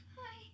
Hi